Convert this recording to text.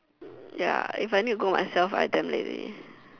ya if I need to go myself I'm damn lazy